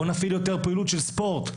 בואו נפעיל יותר פעילות של ספורט,